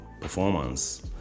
performance